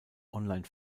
online